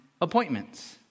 Appointments